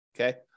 okay